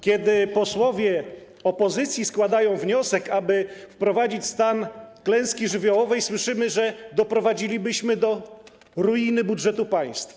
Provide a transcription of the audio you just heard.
Kiedy posłowie opozycji składają wniosek, aby wprowadzić stan klęski żywiołowej, słyszymy, że doprowadzilibyśmy do ruiny budżetu państwa.